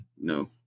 No